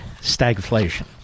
stagflation